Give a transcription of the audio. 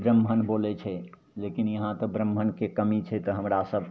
ब्राह्मण बोलै छै लेकिन यहाँ ब्राह्मणके कमी छै तऽ हमरासभ